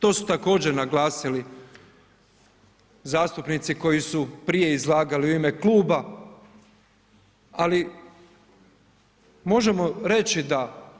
To su također naglasili zastupnici koji su prije izlagali u ime kluba, ali možemo reći da